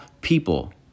people